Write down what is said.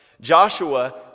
Joshua